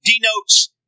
denotes